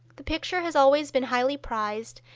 the picture has always been highly prized,